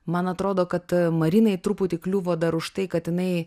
man atrodo kad marinai truputį kliuvo dar už tai kad jinai